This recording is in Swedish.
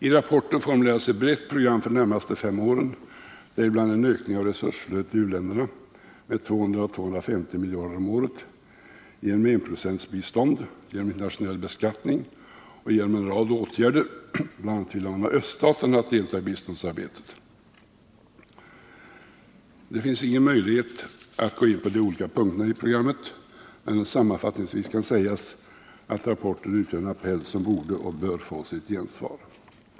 I rapporten formulerades ett brett program för de närmaste fem åren, däribland en ökning av resursflödet till u-länderna med 200-250 miljarder om året genom enprocentsbistånd, genom internationell beskattning och genom en rad andra åtgärder -— bl.a. vill man få öststaterna att delta i biståndsarbetet. Det finns ingen möjlighet att gå in på olika punkter i detta program, men sammanfattningsvis kan sägas att rapporten utgör en appell som borde — och bör — få sitt gensvar.